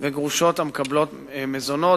וגרושות המקבלות מזונות.